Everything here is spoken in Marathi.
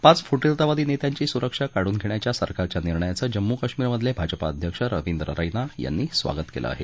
पाच फुटीरतावादी नेत्यांची सुरक्षा काढून घेण्याच्या सरकारच्या निर्णयाचं जम्मू काश्मिर मधले भाजपा अध्यक्ष रविंद्र रैना यांनी स्वागत केलं आहे